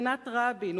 מכינת רבין,